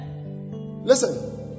Listen